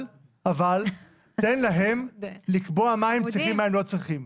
אבל תן להם לקבוע מה הם צריכים ומה הם לא צריכים.